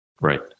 Right